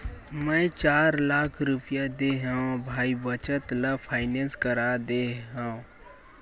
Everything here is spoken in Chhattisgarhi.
मै चार लाख रुपया देय हव भाई बचत ल फायनेंस करा दे हँव